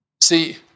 See